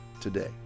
today